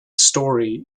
story